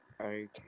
Okay